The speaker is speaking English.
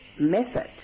method